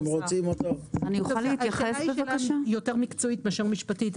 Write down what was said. זאת שאלה יותר מקצועית מאשר משפטית.